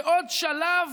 זה עוד שלב